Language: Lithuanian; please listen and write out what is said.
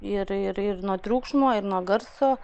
ir ir ir nuo triukšmo ir nuo garso